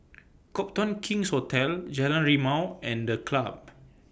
Copthorne King's Hotel Jalan Rimau and The Club